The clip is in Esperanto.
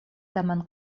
tamen